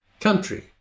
country